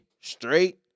straight